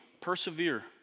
Persevere